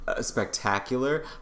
spectacular